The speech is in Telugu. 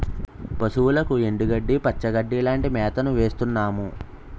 పశువులకు ఎండుగడ్డి, పచ్చిగడ్డీ లాంటి మేతను వేస్తున్నాము